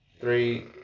Three